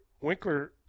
Winkler –